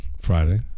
Friday